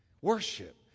Worship